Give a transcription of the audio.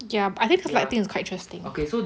ya I think cause like I think it's quite interesting